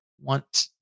want